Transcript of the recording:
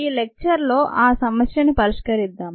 ఈ లెక్చర్ లో ఆ సమస్యను పరిష్కరిద్దాం